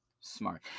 Smart